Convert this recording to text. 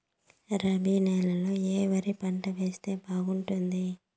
రబి నెలలో ఏ వరి పంట వేస్తే బాగుంటుంది